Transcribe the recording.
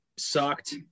sucked